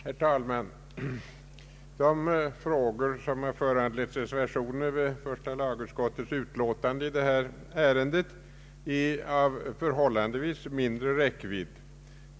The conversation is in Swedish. Herr talman! De frågor som föranlett reservationer i första lagutskottets utlåtande i detta ärende är av förhållandevis mindre räckvidd.